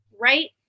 right